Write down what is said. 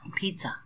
pizza